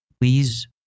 Please